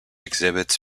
exhibits